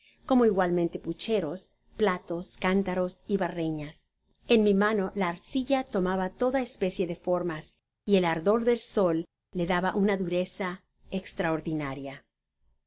como igualmente pucheros platos cántaros y barreaos en mi mano la arcilla lomaba toda especie de formas y el ardor del sol le daba una dureza estraor